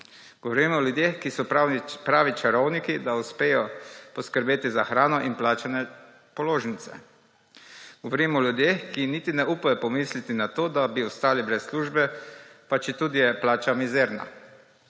Govorim o ljudeh, ki so pravi čarovniki, da uspejo poskrbeti za hrano in plačane položnice. Govorim o ljudeh, ki niti ne upajo pomisliti na to, da bi ostali brez službe, pa četudi je plača mizerna.